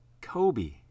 Kobe